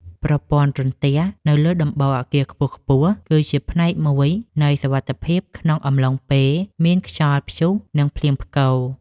ប្រព័ន្ធរន្ទះនៅលើដំបូលអគារខ្ពស់ៗក៏ជាផ្នែកមួយនៃសុវត្ថិភាពក្នុងអំឡុងពេលមានខ្យល់ព្យុះ និងភ្លៀងផ្គរ។